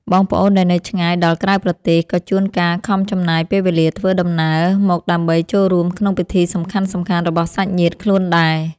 បងប្អូនដែលនៅឆ្ងាយដល់ក្រៅប្រទេសក៏ជួនកាលខំចំណាយពេលវេលាធ្វើដំណើរមកដើម្បីចូលរួមក្នុងពិធីសំខាន់ៗរបស់សាច់ញាតិខ្លួនដែរ។